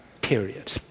period